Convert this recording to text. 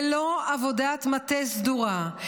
ללא עבודת מטה סדורה,